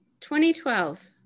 2012